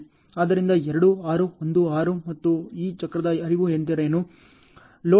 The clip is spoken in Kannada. ಆದ್ದರಿಂದ 2 6 1 6 ಮತ್ತು ಈಗ ಚಕ್ರದ ಹರಿವು ಎಂದರೇನು